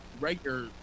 regular